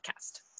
podcast